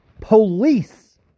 police